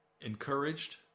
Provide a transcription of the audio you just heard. encouraged